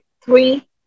three